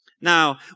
Now